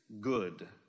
good